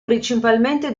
principalmente